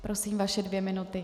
Prosím, vaše dvě minuty.